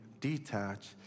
detach